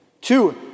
Two